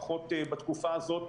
לפחות בתקופה הזו,